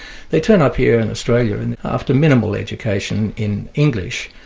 they turn up here in australia and after minimal education in english,